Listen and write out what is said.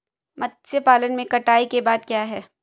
मत्स्य पालन में कटाई के बाद क्या है?